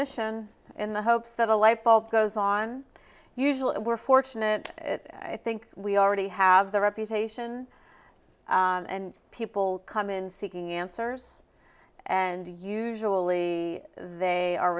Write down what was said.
mission in the hopes that a lightbulb goes on usually we're fortunate i think we already have the reputation and people come in seeking answers and usually they are